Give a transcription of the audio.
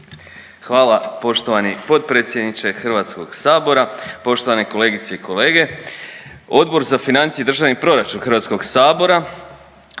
Hvala poštovani potpredsjedniče HS. Poštovane kolegice i kolege, Odbor za financije i državni proračun HS raspravio